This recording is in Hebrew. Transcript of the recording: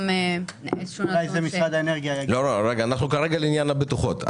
אנחנו כרגע לעניין הבטוחות.